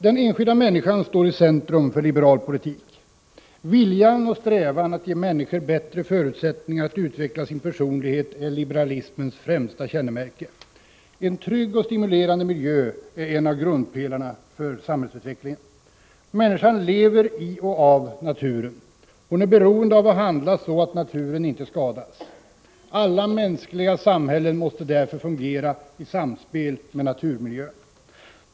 Den enskilda människan står i centrum för liberal politik. Viljan och strävan att ge människor bättre förutsättningar att utveckla sin personlighet är liberalismens främsta kännemärke. En trygg och stimulerande miljö är en av grundpelarna för samhällsutvecklingen. Människan lever i och av naturen. Hon är beroende av att handla så att naturen inte skadas. Alla mänskliga samhällen måste för den skull fungera i samspel med naturmiljön.